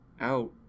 out